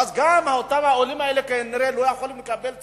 ואז גם העולים האלה כנראה לא יכולים לקבל סיוע,